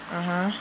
(uh huh)